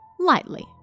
Lightly